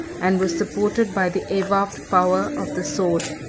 and was supported by the avowed power of the sword.